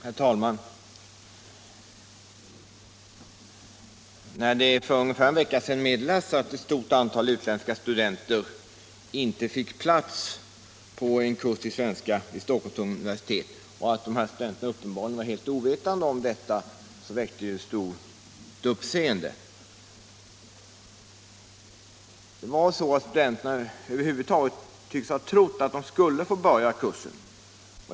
Herr talman! När det för ungefär en vecka sedan meddelades att ett stort antal utländska studenter inte fick plats på en kurs i svenska vid Stockholms universitet och att studenterna uppenbarligen var helt ovetande om detta väckte det stort uppseende. Studenterna tycks över huvud taget ha trott att de skulle få börja kursen.